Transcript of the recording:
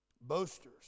Boasters